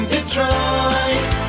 Detroit